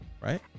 Right